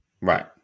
Right